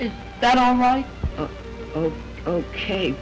is that all right oh ok